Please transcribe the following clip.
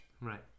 Right